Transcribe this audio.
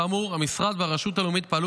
כאמור, המשרד והרשות הלאומית פעלו